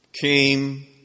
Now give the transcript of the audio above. came